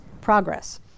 progress